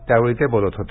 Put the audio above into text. त्यावेळी ते बोलत होते